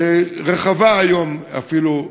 רחבה היום אפילו,